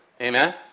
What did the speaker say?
Amen